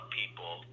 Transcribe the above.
people